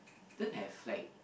don't have like